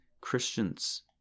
Christians